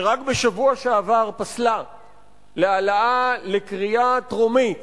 שרק בשבוע שעבר פסלה להעלאה לקריאה טרומית